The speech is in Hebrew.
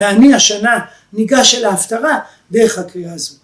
‫ואני השנה ניגש אל ההפטרה ‫דרך הקריאה הזאת.